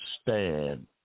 stand